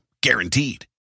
Guaranteed